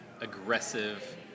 aggressive